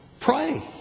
Pray